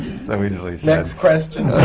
so easily said. next question.